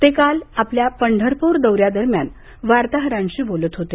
ते काल आपल्या पंढरपुर दौऱ्यादरम्यान वार्ताहरांशी बोलत होते